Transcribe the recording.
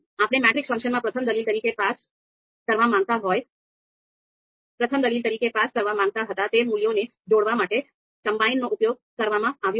આપણે મેટ્રિક્સ ફંક્શનમાં પ્રથમ દલીલ તરીકે પાસ કરવા માગતા હતા તે મૂલ્યોને જોડવા માટે કમ્બાઈનનો ઉપયોગ કરવામાં આવ્યો હતો